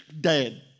dead